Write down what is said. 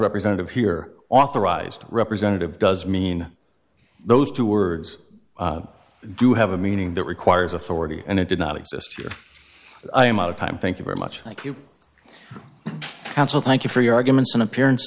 representative here authorized representative does mean those two words do have a meaning that requires authority and it did not exist i am out of time thank you very much thank you counsel thank you for your arguments and appearance